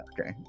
okay